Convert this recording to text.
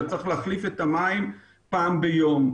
אלא צריך להחליף את המים פעם ביום.